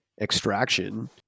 extraction